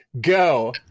go